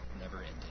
never-ending